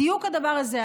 בדיוק הדבר הזה.